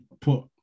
put